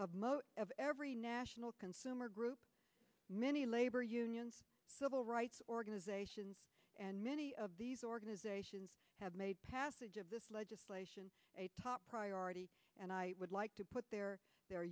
most of every national consumer group many labor unions civil rights organizations and many of these organizations have made passage of this legislation a top priority and i would like to put their